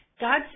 God